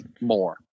more